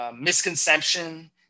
misconception